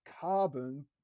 carbon